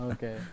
Okay